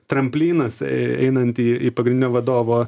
tramplynas į einant į pagrindinę vadovo